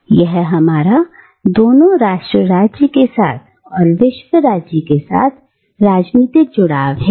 और यह हमारा दोनों राष्ट्र राज्य के साथ और विश्व राज्य के साथ राजनीतिक जुड़ाव है